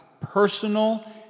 personal